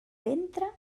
ventre